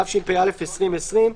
התשפ"א-2020.